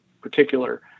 particular